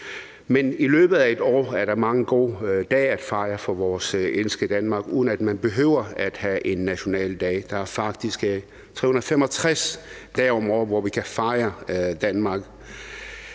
Men i løbet af et år er der mange gode dage til at fejre vores elskede Danmark, uden at man behøver at have en nationaldag. Der er faktisk 365 dage om året, hvor vi kan fejre Danmark.